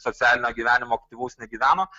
socialinio gyvenimo aktyvaus negyveno